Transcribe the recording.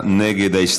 עמר בר-לב,